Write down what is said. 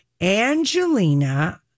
Angelina